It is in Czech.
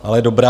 Ale dobrá.